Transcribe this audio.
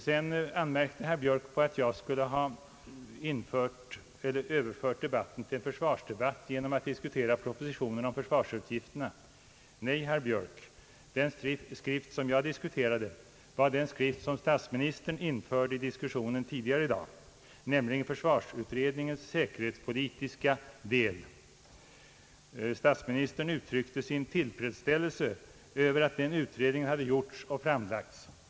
Vidare anmärkte herr Björk på att jag skulle ha försökt göra debatten till en försvarsdebatt genom att diskutera propositionen om försvarsutgifterna. Nej, herr Björk, den skrift som jag diskuterade var den som statsministern införde i diskussionen tidigare i dag, nämligen försvarsutredningens säkerhetspolitiska del. Statsministern uttryckte sin tillfredsställelse över att den utredningen hade gjorts och framlagts.